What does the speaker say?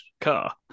car